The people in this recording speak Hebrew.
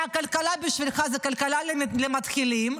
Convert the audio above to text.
שהכלכלה בשבילך זה כלכלה למתחילים?